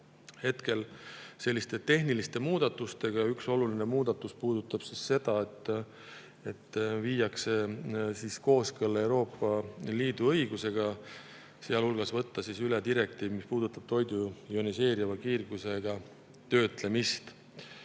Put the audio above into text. selgelt selliste tehniliste muudatustega. Üks oluline muudatus puudutab seda, et [toiduseadus] viiakse kooskõlla Euroopa Liidu õigusega, kui võetakse üle direktiiv, mis puudutab toidu ioniseeriva kiirgusega töötlemist.